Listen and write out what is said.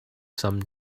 some